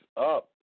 up